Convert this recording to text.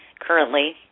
Currently